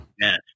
Yes